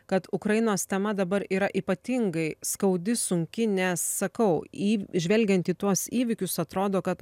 kad ukrainos tema dabar yra ypatingai skaudi sunki nes sakau į žvelgiant į tuos įvykius atrodo kad